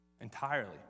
Entirely